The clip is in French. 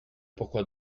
pourquoi